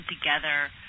together